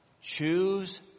choose